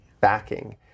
backing